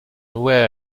wear